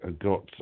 got